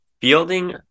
Fielding